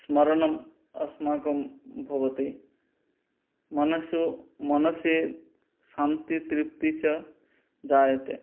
स्मरणम् अस्माकं भवति मनस्सु मनसि सन्ति तृप्तिः च जायते